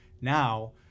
Now